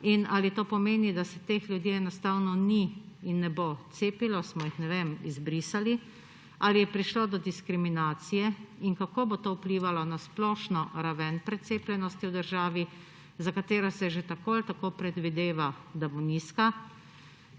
Ali to pomeni, da se teh ljudi enostavno ni in ne bo cepilo, smo jih izbrisali ali je prišlo do diskriminacije? Kako bo to vplivalo na splošno raven precepljenosti v državi, za katero se že tako in tako predvideva, da bo nizka?